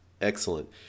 Excellent